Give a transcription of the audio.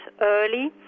early